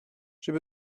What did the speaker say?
j’ai